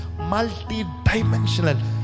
multidimensional